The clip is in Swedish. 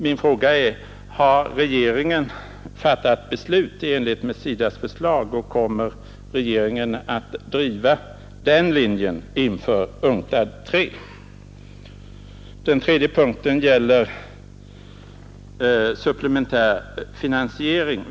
Min fråga är nu: Har regeringen fattat beslut i enlighet med SIDA:s förslag och kommer regeringen att driva den linjen inför UNCTAD III? Den tredje punkten gäller supplementär finansiering.